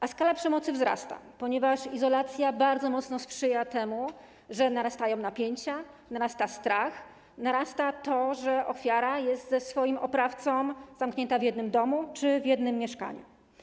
A skala przemocy wzrasta, ponieważ izolacja bardzo mocno sprzyja temu, że narastają napięcia, narasta strach, narasta to, że ofiara jest ze swoim oprawcą zamknięta w jednym domu czy mieszkaniu.